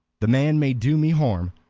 the man may do me harm,